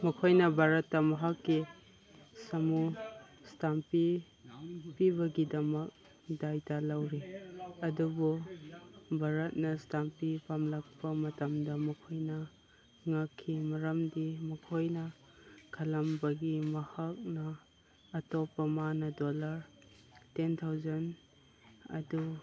ꯃꯈꯣꯏꯅ ꯚꯥꯔꯠꯇ ꯃꯍꯥꯛꯀꯤ ꯁꯃꯨ ꯏꯁꯇꯝꯄꯤ ꯄꯤꯕꯒꯤꯗꯃꯛ ꯗꯥꯏꯇ ꯂꯧꯔꯤ ꯑꯗꯨꯕꯨ ꯚꯥꯔꯠꯅ ꯏꯁꯇꯝꯄꯤ ꯄꯥꯝꯂꯛꯄ ꯃꯇꯝꯗ ꯃꯈꯣꯏꯅ ꯉꯛꯈꯤ ꯃꯔꯝꯗꯤ ꯃꯈꯣꯏꯅ ꯈꯜꯂꯝꯕꯒꯤ ꯃꯍꯥꯛꯅ ꯑꯇꯣꯞꯄ ꯃꯥꯅ ꯗꯣꯜꯂꯔ ꯇꯦꯟ ꯊꯥꯎꯖꯟ ꯑꯗꯨ